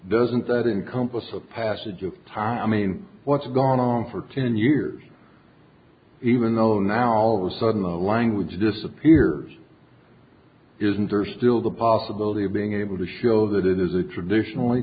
doesn't that encompass a passage of time i mean what's gone on for ten years even though now all of a sudden the language disappears isn't there still the possibility of being able to show that it is a traditionally